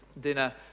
dinner